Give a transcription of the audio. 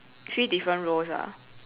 three different roles ah